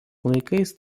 laikais